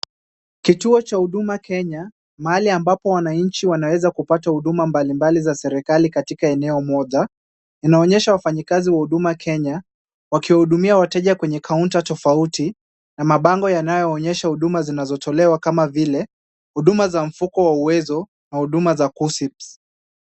Kituo cha Huduma Kenya, mahali ambapo wananchi wanaweza kupata huduma mbalimbali za serikali katika eneo moja, inaonyesha wafanyikazi wa Huduma Kenya wakiwahudumia wateja kwenye kaunta tofauti na mabango yanayoonyesha huduma zinazotolewa kama vile huduma za mfuko wa uwezo na huduma za kuccps .